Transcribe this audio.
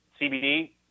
CBD